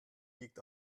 liegt